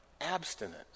abstinence